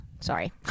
sorry